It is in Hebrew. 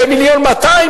במיליון ו-200.